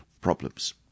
problems